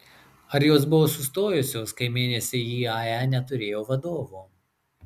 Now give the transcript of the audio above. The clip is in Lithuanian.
ar jos buvo sustojusios kai mėnesį iae neturėjo vadovo